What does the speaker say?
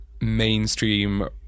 mainstream